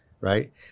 right